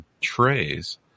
trays